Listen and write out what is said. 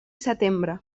setembre